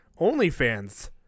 OnlyFans